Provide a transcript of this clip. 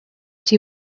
too